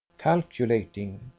calculating